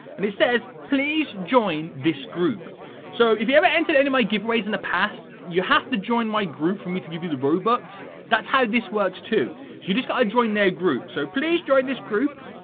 and it says please join this group so if you ever entered any my giveaways in the past you have to join my group for me to give you the blue box that's has this works too. so you just gotta join their group? so please join this group,